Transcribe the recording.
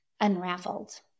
unraveled